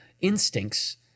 instincts